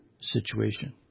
situation